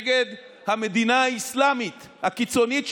נגד המדינה האסלאמית הקיצונית,